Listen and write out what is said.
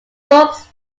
books